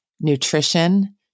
nutrition